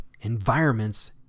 environments